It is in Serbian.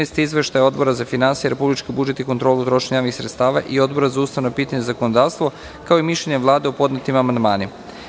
Primili ste izveštaje Odbora za finansije, republički budžet i kontrolu trošenja javnih sredstava i Odbora za ustavna pitanja i zakonodavstvo kao i mišljenje Vlade o podnetim amandmanima.